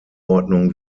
ordnung